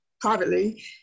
privately